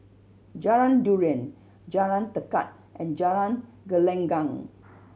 Jalan Durian Jalan Tekad and Jalan Gelenggang